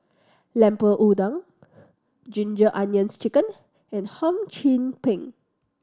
Lemper Udang Ginger Onions Chicken and Hum Chim Peng